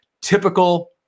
typical